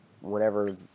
whenever